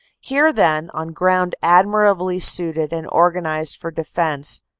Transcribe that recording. here, then, on ground admirably suited and organized for defense,